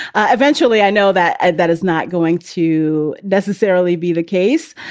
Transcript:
ah eventually, i know that that is not going to necessarily be the case.